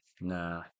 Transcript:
nah